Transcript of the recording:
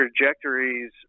trajectories